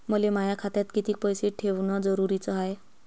मले माया खात्यात कितीक पैसे ठेवण जरुरीच हाय?